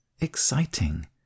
exciting